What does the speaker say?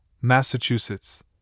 Massachusetts